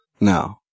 No